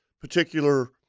particular